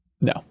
No